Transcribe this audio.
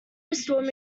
restored